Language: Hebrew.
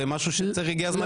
משהו שהגיע הזמן לתקן אותו.